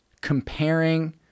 comparing